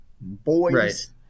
boys